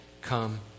come